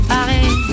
Paris